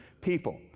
people